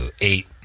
Eight